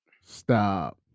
Stop